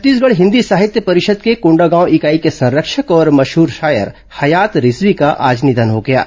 छत्तीसगढ़ हिन्दी साहित्य परिषद के कोंडागांव इकाई के संरक्षक और मशहूर शायर हयात रिजवी का आज निघन हो गया है